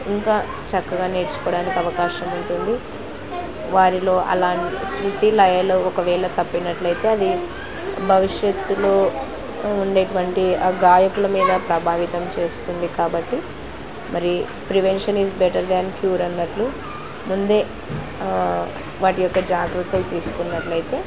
ఇంకా చక్కగా నేర్చుకోవడానికి అవకాశం ఉంటుంది వారిలో అలా శృతి లయలు ఒకవేళ తప్పినట్లయితే అది భవిష్యత్తులో ఉండేటువంటి ఆ గాయకుల మీద ప్రభావితం చేస్తుంది కాబట్టి మరి prevention is better than cure అన్నట్లు ముందే వాటి యొక్క జాగ్రత్తలు తీసుకున్నట్లయితే